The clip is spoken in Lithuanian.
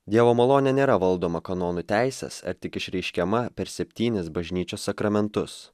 dievo malonė nėra valdoma kanonų teisės ar tik išreiškiama per septynis bažnyčios sakramentus